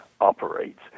operates